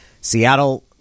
Seattle